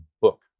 book